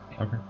Okay